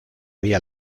vía